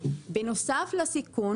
בנוסף לסיכון,